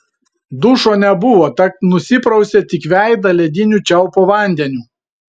dušo nebuvo tad nusiprausė tik veidą lediniu čiaupo vandeniu